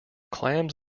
clams